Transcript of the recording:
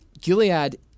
Gilead